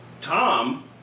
Tom